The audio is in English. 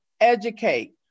educate